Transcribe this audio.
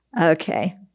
Okay